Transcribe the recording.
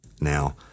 Now